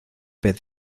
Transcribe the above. pez